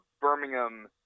Birmingham